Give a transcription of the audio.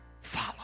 follow